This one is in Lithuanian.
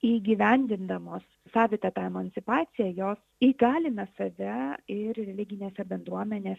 įgyvendindamos savitą tą emancipaciją jos įgalina save ir religinėse bendruomenės